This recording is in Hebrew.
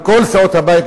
מכל סיעות הבית,